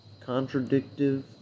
Contradictive